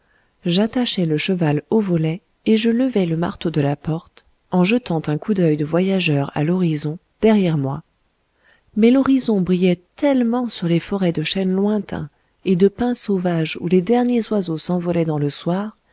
j'attachai le cheval au volet et je levai le marteau de la porte en jetant un coup d'œil de voyageur à l'horizon derrière moi mais l'horizon brillait tellement sur les forêts de chênes lointains et de pins sauvages où les derniers oiseaux s'envolaient dans le soir